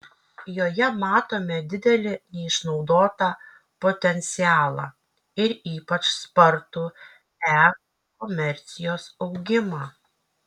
joje matome didelį neišnaudotą potencialą ir ypač spartų e komercijos augimą